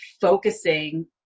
focusing